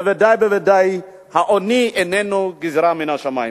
בוודאי ובוודאי שהעוני איננו גזירה מן השמים.